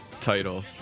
title